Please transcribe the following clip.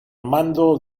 mando